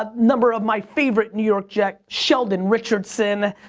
ah number of my favorite new york jet, sheldon richardson.